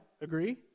Agree